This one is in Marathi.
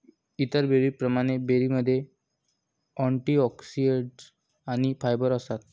इतर बेरींप्रमाणे, बेरीमध्ये अँटिऑक्सिडंट्स आणि फायबर असतात